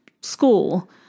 school